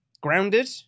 grounded